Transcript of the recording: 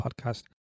podcast